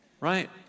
right